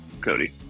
Cody